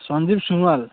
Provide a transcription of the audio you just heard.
Sanjeev Sonowal